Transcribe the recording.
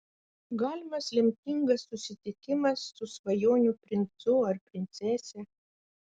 galimas lemtingas susitikimas su svajonių princu ar princese